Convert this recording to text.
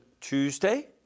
Tuesday